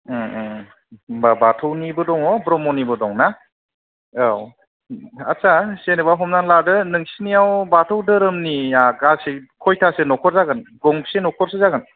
ओम ओम होनब्ला बाथौनिबो दङ ब्रह्मनिबो दं ना औ आदसा जेन'बा हमनानै लादो नोंसिनिआव बाथौ दोरोमनिआ गासै खयथासो न'खर जागोन गंबेसे न'खर सो जागोन